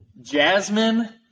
Jasmine